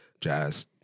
Jazz